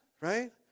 right